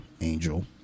Angel